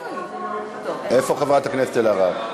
איפה חברת הכנסת אלהרר?